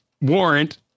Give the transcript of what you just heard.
warrant